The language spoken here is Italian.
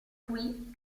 qui